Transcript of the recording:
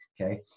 Okay